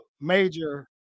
major